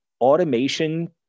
automation